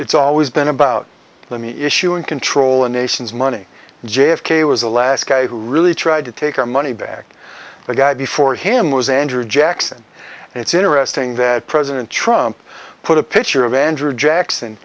it's always been about let me issue and control a nation's money j f k was the last guy who really tried to take our money back the guy before him was andrew jackson and it's interesting that president trump put a picture of andrew jackson